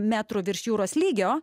metrų virš jūros lygio